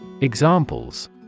Examples